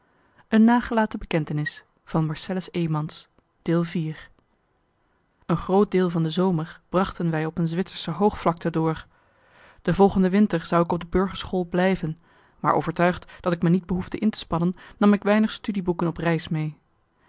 een groot deel van de zomer brachten wij op een zwitsersche hoogvlakte door de volgende winter zou ik op de burgerschool blijven maar overtuigd dat ik me niet behoefde in te spannen nam ik weinig studieboeken op reis mee